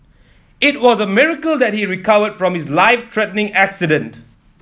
it was a miracle that he recovered from his life threatening accident